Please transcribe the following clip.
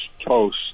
toast